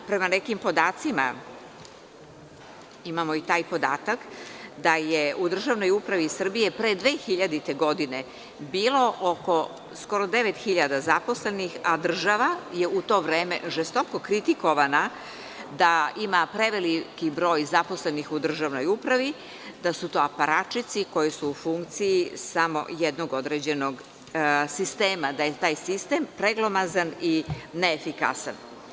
Imamo i taj podatak da je u državnoj upravi Srbije pre 2000. godine biloskoro 9.000 zaposlenih, a država je u to vreme žestoko kritikovana da ima preveliki broj zaposlenih u državnoj upravi, da su to aparačici koji su u funkciji samo jednog određenog sistema, da je taj sistem preglomazan i neefikasan.